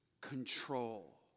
control